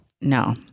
no